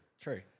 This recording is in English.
True